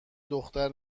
دختر